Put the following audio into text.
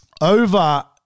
over-